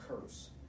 curse